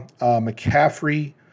McCaffrey